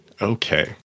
Okay